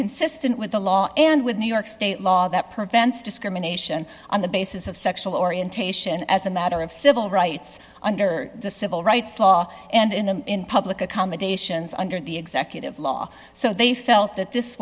consistent with the law and with new york state law that prevents discrimination on the basis of sexual orientation as a matter of civil rights under the civil rights law and in and in public accommodations under the executive law so they felt that this